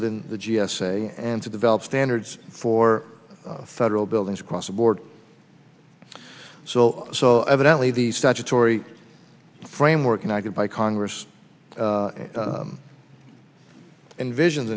within the g s a and to develop standards for federal buildings across the board so so evidently the statutory framework and i could buy congress envisions